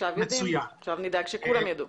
עכשיו יודעים ועכשיו נדאג שכולם יידעו.